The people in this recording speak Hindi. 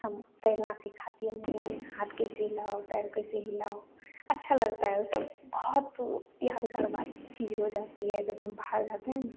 हम तैरना सिखाती है मम्मी हाथ कैसे हिलाओ पैर कैसे हिलाओ अच्छा लगता है ऊ सब बहुत उ यादगार बात चीज़ हो जाती है जब हम बाहर जाते हैं ना